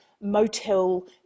motel